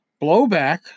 blowback